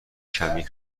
کمی